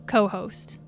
Co-host